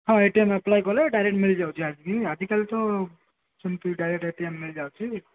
ହଁ A T M apply କଲେ direct ମିଳି ଯାଉଛି ଆଜି ଆଜିକାଲି ତ ସେମିତି ଡାଇରେକ୍ଟ୍ ଏ ଟି ଏମ୍ ମିଳି ଯାଉଛି